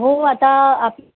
हो आता आप